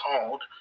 called